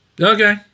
Okay